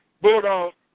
Bulldogs